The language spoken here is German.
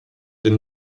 den